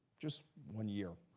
just one year.